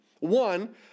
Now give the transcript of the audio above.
One